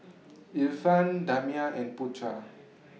Irfan Damia and Putra